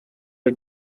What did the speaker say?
are